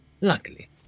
Luckily